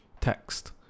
text